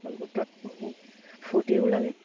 গোটত পুহি ফূৰ্তিও লাগে